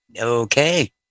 Okay